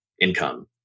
Income